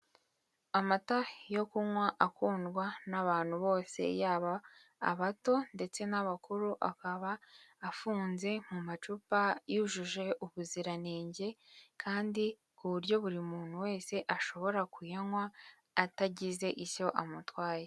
Amata yo kunywa akundwa n'abantu bose yaba abato ndetse n'abakuru akaba afunze mu macupa yujuje ubuziranenge kandi ku buryo buri muntu wese ashobora kuyanywa atagize icyo amutwaye.